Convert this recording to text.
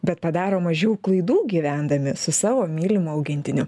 bet padaro mažiau klaidų gyvendami su savo mylimu augintiniu